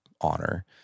honor